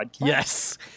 yes